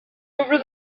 over